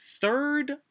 third